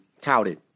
touted